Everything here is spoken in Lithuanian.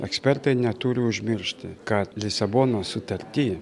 ekspertai neturi užmiršti kad lisabonos sutarty